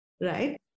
right